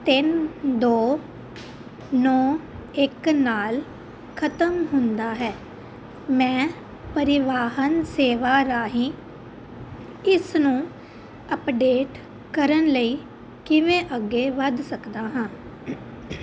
ਤਿੰਨ ਦੋ ਨੌਂ ਇੱਕ ਨਾਲ ਖਤਮ ਹੁੰਦਾ ਹੈ ਮੈਂ ਪਰਿਵਾਹਨ ਸੇਵਾ ਰਾਹੀਂ ਇਸ ਨੂੰ ਅਪਡੇਟ ਕਰਨ ਲਈ ਕਿਵੇਂ ਅੱਗੇ ਵੱਧ ਸਕਦਾ ਹਾਂ